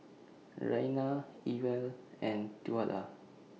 Raina Ewell and Twila